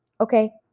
Okay